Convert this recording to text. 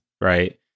Right